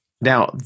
Now